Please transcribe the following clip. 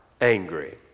angry